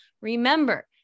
remember